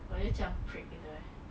oh dia macam prick gitu eh